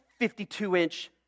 52-inch